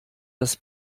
das